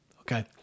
Okay